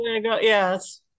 Yes